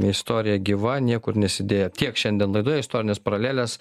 istorija gyva niekur nesidėjo tiek šiandien laidoje istorinės paralelės